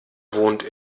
wohnt